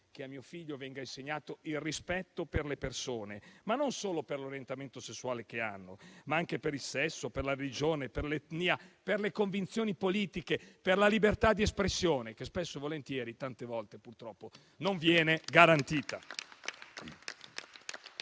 che a mio figlio venga insegnato il rispetto per le persone, non solo per l'orientamento sessuale che hanno, ma anche per il sesso, per la religione, per l'etnia, per le convinzioni politiche e per la libertà di espressione, che spesso e volentieri purtroppo non viene garantita.